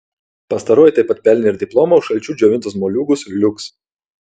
pastaroji taip pat pelnė ir diplomą už šalčiu džiovintus moliūgus liuks